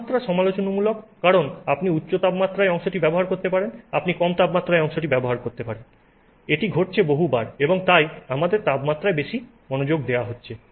তাপমাত্রা সমালোচনামূলক কারণ আপনি উচ্চ তাপমাত্রায় অংশটি ব্যবহার করতে পারেন আপনি কম তাপমাত্রায় অংশটি ব্যবহার করতে পারেন এটি ঘটছে বহুবার এবং তাই আমাদের তাপমাত্রায় বেশি মনোযোগ দেওয়া হচ্ছে